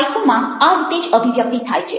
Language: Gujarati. હાઈકુમાં આ રીતે જ અભિવ્યક્તિ થાય છે